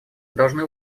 должны